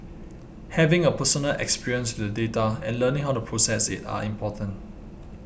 having a personal experience with the data and learning how to process it are important